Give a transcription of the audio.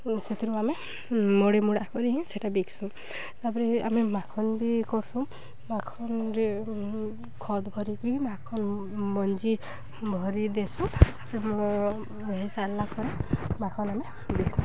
ସେଥିରୁ ଆମେ ମଡ଼ ମଡ଼ା କରି ହିଁ ସେଟା ବିକ୍ସୁଁ ତାପରେ ଆମେ ମାଖନ୍ ବି କର୍ସୁ ମାଖନ୍ରେ ଖତ୍ ଭରିକି ମାଖନ୍ ମଞ୍ଜି ଭରି ଦେସୁ ତାପରେ ହୋଇସାରିଲା ପରେ ମାଖନ୍ ଆମେ ଦେସୁଁ